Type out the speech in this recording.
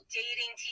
dating